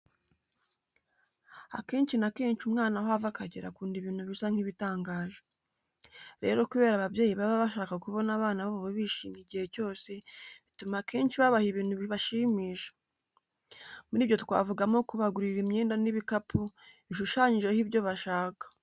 Akenshi na kenshi umwana aho ava akagera akunda ibintu bisa nk'ibitangaje. Rero kubera ababyeyi baba bashaka kubona abana babo bishimye igihe cyose, bituma akenshi babaha ibintu bibashimisha. Muri ibyo twavugamo kubagurira imyenda n'ibikapu bishushanyijeho ibyo bashaka.